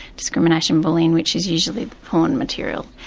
discrimination, bullying, which is usually porn material.